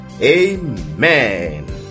Amen